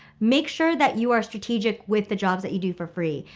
make sure that you are strategic with the jobs that you do for free,